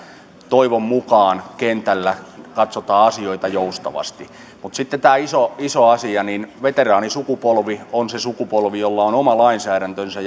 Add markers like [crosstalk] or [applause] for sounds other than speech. toivon mukaan kentällä katsotaan asioita joustavasti mutta sitten tämä iso iso asia on se että veteraanisukupolvi on se sukupolvi jolla on oma lainsäädäntönsä [unintelligible]